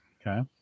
Okay